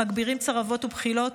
המגבירים צרבות ובחילות,